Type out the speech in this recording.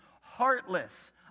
heartless